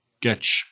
Getch